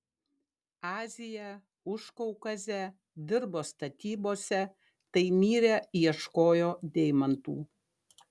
aziją užkaukazę dirbo statybose taimyre ieškojo deimantų